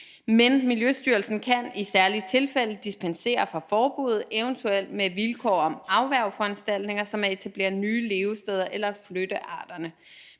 men Miljøstyrelsen kan i særlige tilfælde dispensere fra forbuddet, eventuelt med vilkår om afværgeforanstaltninger som at etablere nye levesteder eller flytte arterne.